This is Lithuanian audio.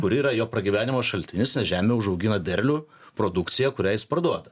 kuri yra jo pragyvenimo šaltinis žemė užaugina derlių produkciją kurią jis parduoda